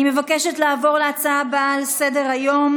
אני מבקשת לעבור להצעה הבאה לסדר-היום,